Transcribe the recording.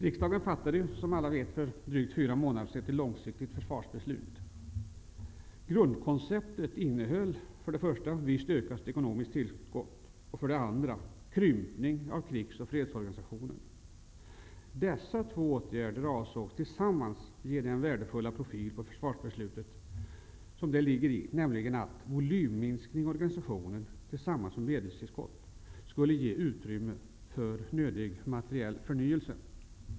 Riksdagen fattade, som alla vet, för drygt fyra månader sedan ett långsiktigt försvarsbeslut. Grundkonceptet innehöll för det första ett visst ökat ekonomiskt tillskott och för det andra en krympning av krigs och fredsorganisationen. Dessa två åtgärder avsågs tillsammans ge den värdefulla profilen på försvarsbeslutet, nämligen att volymminskningen i organisationen tillsammans med medelstillskottet skulle ge utrymme för nödig materiell förnyelse.